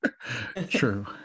true